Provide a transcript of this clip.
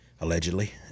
allegedly